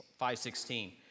5.16